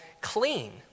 clean